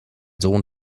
sohn